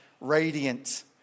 radiant